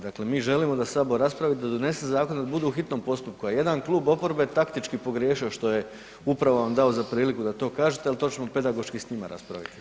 Dakle mi želimo da Sabor raspravi, da donese zakon, da bude u hitnom postupku, a jedan klub oporbe je taktički pogriješio što je upravo vam dao za priliku da to kažete, ali to ćemo pedagoški s njima raspraviti.